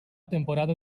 temporada